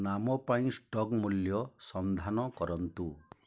ନାମ ପାଇଁ ଷ୍ଟକ୍ ମୂଲ୍ୟ ସନ୍ଧାନ କରନ୍ତୁ